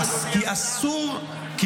אדוני השר?